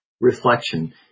reflection